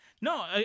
no